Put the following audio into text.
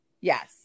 Yes